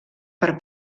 per